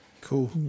Cool